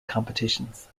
competitions